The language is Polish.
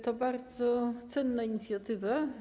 To bardzo cenna inicjatywa.